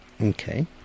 Okay